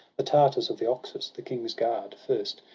the tartars of the oxus, the king's guard, first,